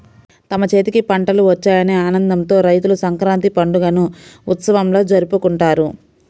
తమ చేతికి పంటలు వచ్చాయనే ఆనందంతో రైతులు సంక్రాంతి పండుగని ఉత్సవంలా జరుపుకుంటారు